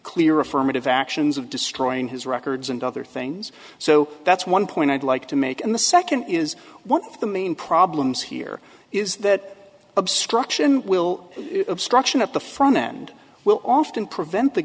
clear affirmative actions of destroying his records and other things so that's one point i'd like to make in the second is one of the main problems here is that obstruction will obstruction at the front end will often prevent the